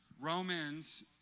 Romans